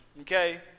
okay